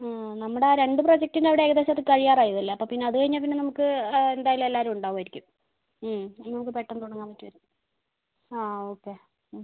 നമ്മുടെ രണ്ട് പ്രൊജക്റ്റിൻ്റെ അവിടെ ഏകദേശം അത് കഴിയാറായതല്ലെ അപ്പോൾ പിന്നെ അത് കഴിഞ്ഞാൽ പിന്നെ നമുക്ക് എന്തായാലും എല്ലാവരും ഉണ്ടാവുമായിരിക്കും എന്നാൽ അത് പെട്ടെന്ന് തുടങ്ങാൻ പറ്റുവായിരിക്കും ആ ഓക്കെ